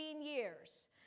years